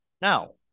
Now